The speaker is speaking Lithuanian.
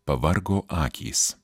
pavargo akys